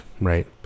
right